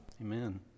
Amen